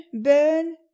burn